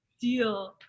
deal